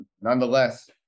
nonetheless